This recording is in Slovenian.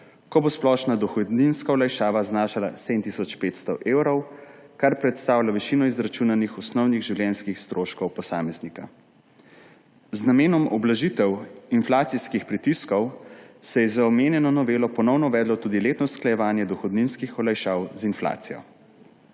ko bo splošna dohodninska olajšava znašala 7 tisoč 500 evrov, kar predstavlja višina izračunanih osnovnih življenjskih stroškov posameznika. Z namenom ublažitve inflacijskih pritiskov se je z omenjeno novelo ponovno uvedlo tudi letno usklajevanje dohodninskih olajšav z inflacijo.